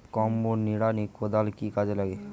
Combo নিড়ানি কোদাল কি কাজে লাগে?